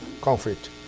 conflict